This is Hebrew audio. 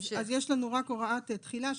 אז יש לנו רק הוראת תחילה,